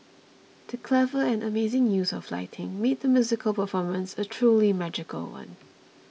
the clever and amazing use of lighting made the musical performance a truly magical one